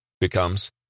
becomes